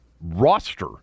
roster